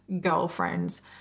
girlfriends